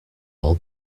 call